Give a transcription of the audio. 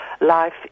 life